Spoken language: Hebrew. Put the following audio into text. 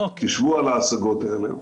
תשבו על ההשגות האלה,